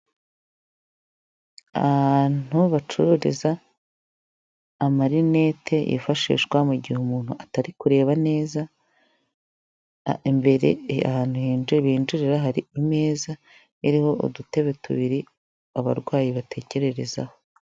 Ahantu bacururiza amarinete yifashishwa mu gihe umuntu atari kureba neza, imbere ahantu binjirira hari imeza iriho udutebe tubiri abarwayi batekererezaho.